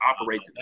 operates